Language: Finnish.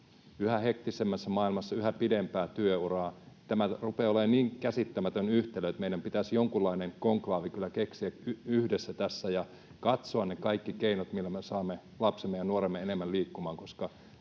yhä hektisemmässä maailmassa, yhä pidempää työuraa. Tämä rupeaa olemaan niin käsittämätön yhtälö, että meidän pitäisi jonkunlainen konklaavi kyllä keksiä yhdessä tässä ja katsoa kaikki ne keinot, millä me saamme lapsemme ja nuoremme enemmän liikkumaan,